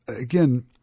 again